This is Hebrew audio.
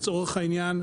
לצורך העניין,